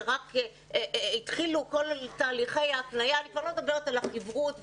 שרק התחילו את כל תהליכי ההקניה; ואני כבר לא מדברת על החִבְרוּת,